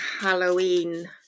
halloween